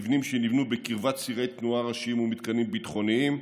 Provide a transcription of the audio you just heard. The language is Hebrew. מבנים שנבנו בקרבת צירי תנועה ראשיים ומתקנים ביטחוניים,